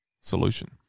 solution